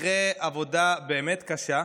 אחרי עבודה מאוד קשה,